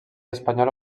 espanyola